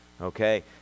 Okay